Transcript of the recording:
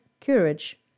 courage